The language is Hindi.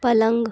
पलंग